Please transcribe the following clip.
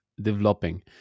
developing